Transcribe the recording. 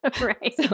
Right